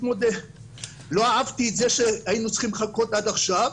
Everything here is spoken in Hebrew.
מאוד לא אהבתי את זה היינו צריכים לחכות עד עכשיו,